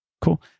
Cool